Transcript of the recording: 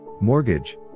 Mortgage